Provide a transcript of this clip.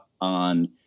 on